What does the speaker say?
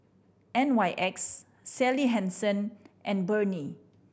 N Y X Sally Hansen and Burnie